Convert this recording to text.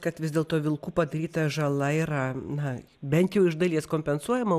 kad vis dėlto vilkų padaryta žala yra na bent jau iš dalies kompensuojama